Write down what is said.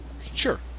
Sure